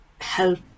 help